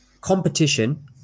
competition